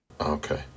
Okay